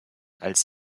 als